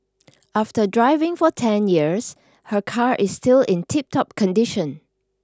after driving for ten years her car is still in tiptop condition